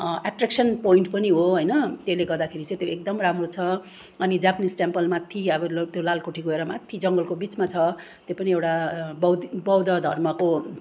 attraction point पनि हो होइन त्यसले गर्दाखेरि चाहिँ एकदम राम्रो छ अनि जापानिस टेम्पल माथि आबो लाल कोठी माथि जङ्गलको बिचमा छ त्यो पनि एउटा बौद्ध बौद्ध धर्मको